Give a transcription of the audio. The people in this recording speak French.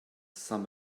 saint